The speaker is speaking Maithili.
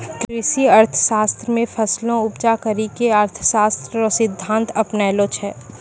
कृषि अर्थशास्त्र मे फसलो उपजा करी के अर्थशास्त्र रो सिद्धान्त अपनैलो छै